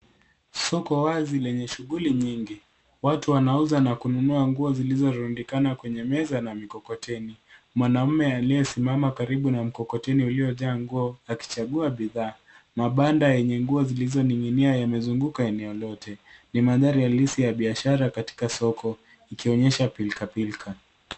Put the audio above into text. Soko wazi lenye shughuli nyingi. Watu wanauza na kununua nguo zilizorundikana kwenye meza na mikokoteni. Mwanamume aliyesimama karibu na mikokoteni iliyojaa nguo akichagua bidhaa. Mabanda yenye nguo zilizoning'inia yamezunguka eneo lote. Ni mandhari halisi ya biashara katika soko, ikionyesha pilkapilka.